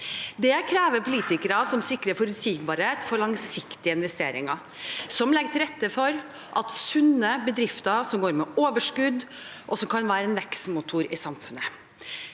Det krever politikere som sikrer forutsigbarhet for langsiktige investeringer, som legger til rette for sunne bedrifter som går med overskudd og kan være en vekstmotor i samfunnet,